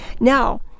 Now